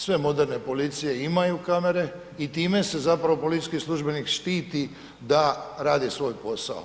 Sve moderne policije imaju kamere i time se zapravo policijski službenik štiti da radi svoj posao.